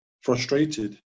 frustrated